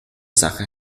sache